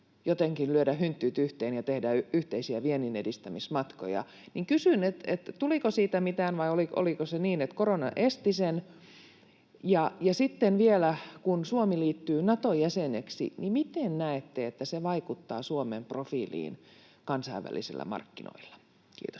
jotenkin lyödä hynttyyt yhteen ja tehdä yhteisiä viennin edistämismatkoja. Kysyn: tuliko siitä mitään, vai oliko se niin, että korona esti sen? Ja sitten vielä, kun Suomi liittyy Nato-jäseneksi: miten näette, että se vaikuttaa Suomen profiiliin kansainvälisillä markkinoilla? — Kiitos.